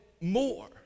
more